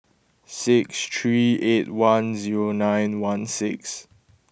six three eight one zero nine one six